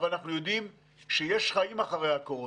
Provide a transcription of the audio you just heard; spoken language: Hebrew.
אבל אנחנו יודעים שיש חיים אחרי הקורונה.